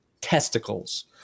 testicles